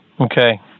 Okay